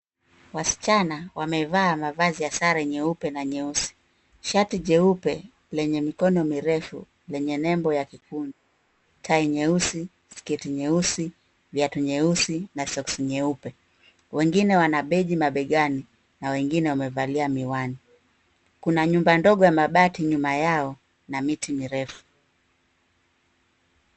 Wasichana wamevaa mavazi ya sare nyeupe na nyeusi, shati jeupe lenye mikono mirefu lenye nembo ya kikundi, tai nyeusi, sketi nyeusi, viatu nyeusi na soksi nyeupe. Wengine wana begi mabegani na wengine wamevalia miwani. Kuna nyumba ndogo ya mabati nyuma yao na miti mirefu.